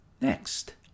Next